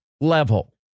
level